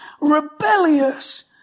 rebellious